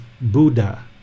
buddha